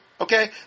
okay